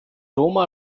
roma